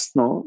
no